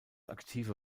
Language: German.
aktive